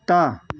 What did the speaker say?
कुत्ता